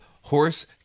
horse